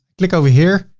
click over here,